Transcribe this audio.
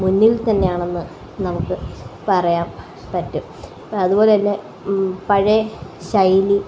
മുന്നില്ത്തന്നെയാണെന്ന് നമുക്ക് പറയാന് പറ്റും അതുപോലെതന്നെ പഴയ ശൈലി